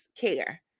care